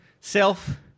self